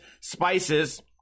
spices